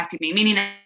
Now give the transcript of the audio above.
Meaning